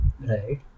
Right